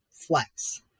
Flex